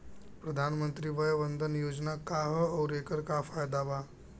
प्रधानमंत्री वय वन्दना योजना का ह आउर एकर का फायदा बा?